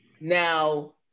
Now